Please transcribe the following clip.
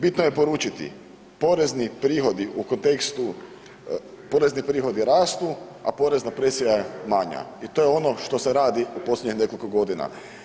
Bitno je poručiti, porezni prihodi u kontekstu porezni prihodi rastu, a porezna presija je manja i to je ono što se radi u posljednjih nekoliko godina.